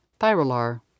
thyrolar